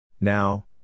Now